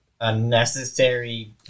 unnecessary